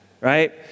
right